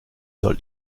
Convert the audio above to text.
soll